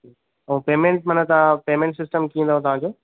ऐं पेमैंट माना तव्हां पेमैंट सिस्टम कीअं अथव तव्हांजो